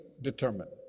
determined